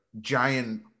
giant